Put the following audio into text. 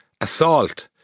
assault